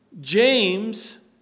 James